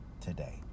today